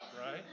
right